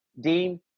Dean